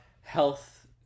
health